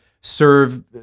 serve